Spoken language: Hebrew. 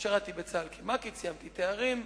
שירתתי בצה"ל כמ"כית וסיימתי תארים.